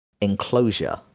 enclosure